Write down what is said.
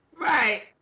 Right